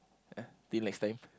ya till next time